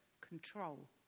control